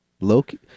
Loki